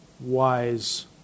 wise